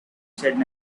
said